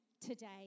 today